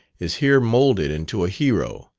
is here moulded into a hero,